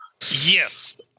Yes